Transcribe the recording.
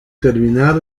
terminar